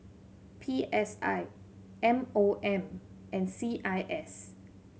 P S I M O M and C I S